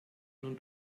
nun